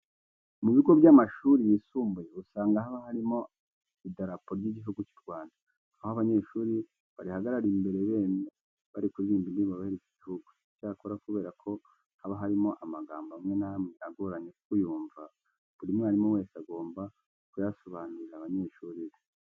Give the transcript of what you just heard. Mu bigo by'amashuri yisumbuye usanga haba harimo idarapo ry'Igihugu cy'u Rwanda, aho abanyeshuri barihagarara imbere bemye bari kuririmba indirimbo yubahiriza igihugu. Icyakora kubera ko haba harimo amagambo amwe n'amwe agoranye kuyumva, buri mwarimu wese agomba kuyasobanurira abanyeshuri be.